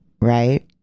right